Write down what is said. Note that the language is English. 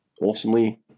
awesomely